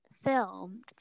film